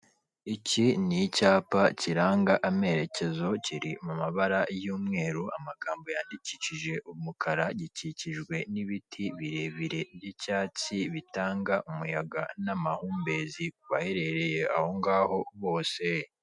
Iki ni icyapa kiranga amerekezo, kiri mu mabara y'umweru, amagambo yandikishije umukara, gikikijwe n'ibiti birebire by'icyatsi, bitanga umuyaga n'amahumbezi ku baherereye ahongaho bose.